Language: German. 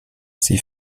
sie